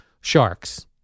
Sharks